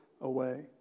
away